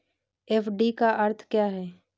FD का अर्थ क्या है?